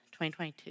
2022